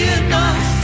enough